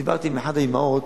דיברתי עם אחת האמהות